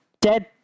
dead